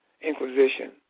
Inquisition